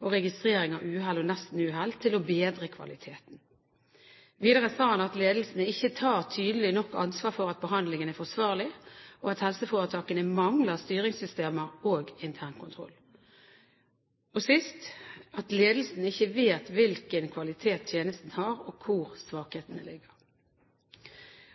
og registreringer av uhell og nestenuhell til å bedre kvaliteten. Videre sa han at ledelsen ikke tar tydelig nok ansvar for at behandlingen er forsvarlig, og at helseforetakene mangler styringssystemer og internkontroll. Og sist, at ledelsen ikke vet hvilken kvalitet tjenesten har, og hvor svakhetene ligger.